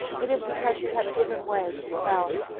it is because you have given way to self.